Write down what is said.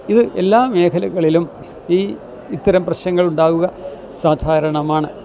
ഇത് എല്ലാ മേഖലകളിലും ഈ ഇത്തരം പ്രശ്നങ്ങളുണ്ടാവുക സാധാരണമാണ്